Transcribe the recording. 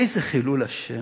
איזה חילול השם,